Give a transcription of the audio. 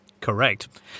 Correct